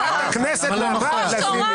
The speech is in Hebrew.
חברת הכנסת נעמה לזימי.